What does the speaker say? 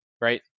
right